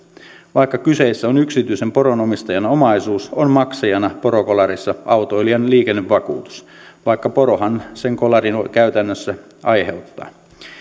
vaikka kyseessä on yksityisen poronomistajan omaisuus on maksajana porokolarissa autoilijan liikennevakuutus vaikka porohan sen kolarin käytännössä aiheuttaa